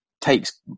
takes